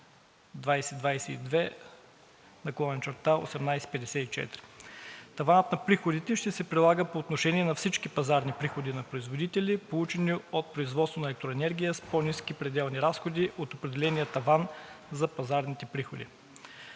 Таванът на приходите ще се прилага по отношение на всички пазарни приходи на производители, получени от производство на електроенергия с по-ниски пределни разходи от определения таван за пазарните приходи.